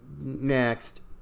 next